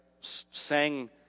sang